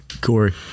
Corey